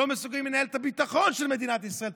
לא מסוגלים לנהל את הביטחון של מדינת ישראל.